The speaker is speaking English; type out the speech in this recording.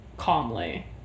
Calmly